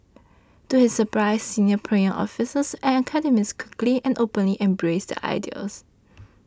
to his surprise senior Pyongyang officials and academics quickly and openly embraced the idea